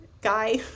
guy